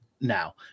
now